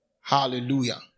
Hallelujah